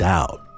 out